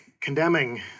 condemning